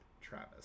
travis